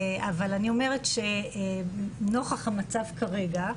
אבל אני אומרת, נוכח המצב כרגע,